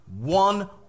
one